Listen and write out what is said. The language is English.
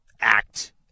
act